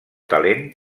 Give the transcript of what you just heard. talent